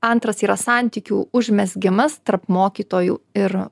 antras yra santykių užmezgimas tarp mokytojų ir